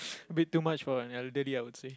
a bit too much for an elderly I would say